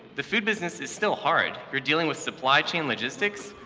the food business is still hard. you're dealing with supply-chain logistics,